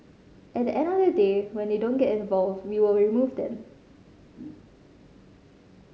at the end of the day when they don't get involved we will remove them